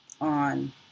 on